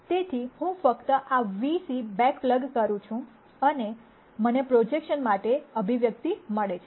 તેથી હું ફક્ત આ v c બેક પ્લગ કરું છું અને મને પ્રોજેક્શન માટે અભિવ્યક્તિ મળે છે